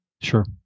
sure